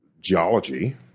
geology